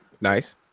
Nice